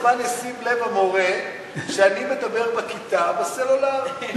כמה זמן ישים לב המורה שאני מדבר בכיתה בסלולרי.